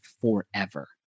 forever